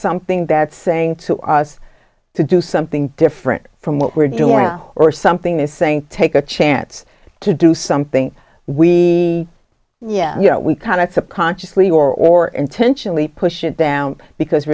something that's saying to us to do something different from what we're doing or something is saying take a chance to do something we you know we kind of to consciously or intentionally push it down because